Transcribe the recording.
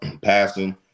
passing